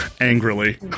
angrily